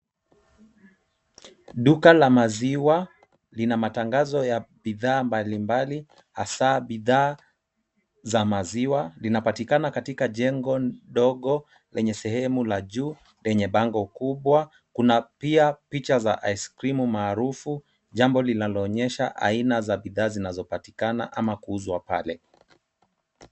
Duka la maziwa lina matangazo ya bidhaa mbalimbali hasa bidhaa za maziwa. Linapatikana katika jengo ndogo lenye sehemu la juu lenye bango kubwa, kuna pia picha za iskrimu maarufu, jambo linaloonyesha aina za bidhaa zinazopatikana ama kuuzwa pale.